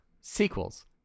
Sequels